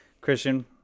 Christian